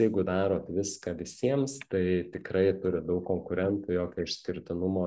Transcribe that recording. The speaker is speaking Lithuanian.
jeigu darot viską visiems tai tikrai turit daug konkurentų jokio išskirtinumo